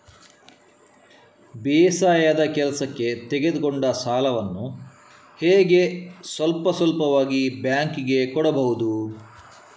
ಬೇಸಾಯದ ಕೆಲಸಕ್ಕೆ ತೆಗೆದುಕೊಂಡ ಸಾಲವನ್ನು ಹೇಗೆ ಸ್ವಲ್ಪ ಸ್ವಲ್ಪವಾಗಿ ಬ್ಯಾಂಕ್ ಗೆ ಕೊಡಬಹುದು?